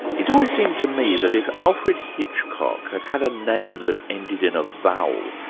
it's always seemed to me that if alfred hitchcock had had a name that ended in a vowel,